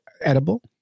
edible